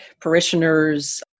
parishioners